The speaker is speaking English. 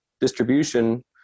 distribution